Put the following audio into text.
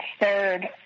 third